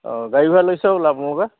অঁ গাড়ী গুৰা লৈছে হ'বলা আপোনালোকে